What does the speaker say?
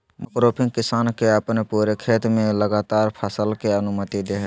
monocropping किसान के अपने पूरे खेत में लगातार फसल के अनुमति दे हइ